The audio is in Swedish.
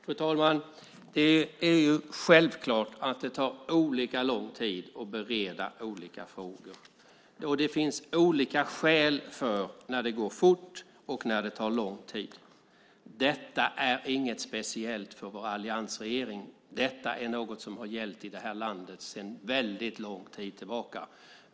Fru talman! Det är självklart att det tar olika lång tid att bereda olika frågor. Det finns olika skäl för när det går fort och när det tar lång tid. Det är inget speciellt för vår alliansregering. Det är någonting som har gällt i det här landet under väldigt lång tid.